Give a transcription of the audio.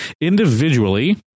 individually